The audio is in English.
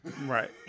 Right